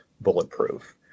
bulletproof